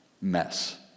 mess